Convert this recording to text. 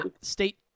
state